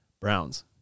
browns